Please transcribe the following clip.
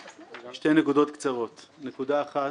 נקודות קצרות: נקודה אחת,